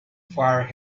fire